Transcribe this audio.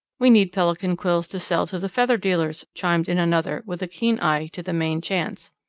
we need pelican quills to sell to the feather dealers, chimed in another with a keen eye to the main chance.